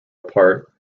apart